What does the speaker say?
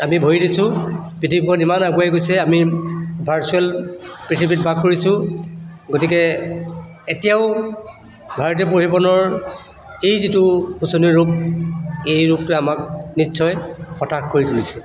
আমি ভৰি দিছোঁ পৃথিৱীখন ইমান আগুৱাই গৈছে আমি ভাৰ্চুৱেল পৃথিৱীত বাস কৰিছোঁ গতিকে এতিয়াও ভাৰতীয় পৰিবহণৰ এই যিটো শোচনীয় ৰূপ এই ৰূপটোৱে আমাক নিশ্চয় হতাশ কৰি তুলিছে